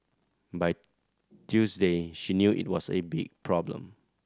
by Tuesday she knew it was a big problem